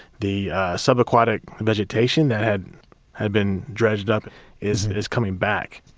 the subaquatic vegetation that had had been dredged up is is coming back,